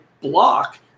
block